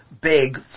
big